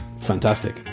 Fantastic